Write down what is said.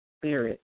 spirit